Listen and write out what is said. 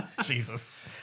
Jesus